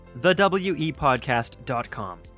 thewepodcast.com